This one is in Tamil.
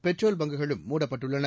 பெட்ரோல் பங்க் களும் மூடப்பட்டுள்ளன